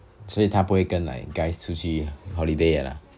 所以他不会跟 like guys 出去 holiday lah